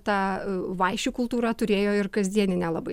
ta vaišių kultūra turėjo ir kasdieninę labai